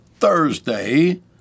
Thursday